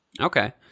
Okay